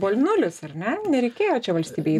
buvo nulis ar ne nereikėjo čia valstybei